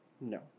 No